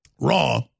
Raw